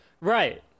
Right